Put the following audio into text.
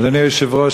אדוני היושב-ראש,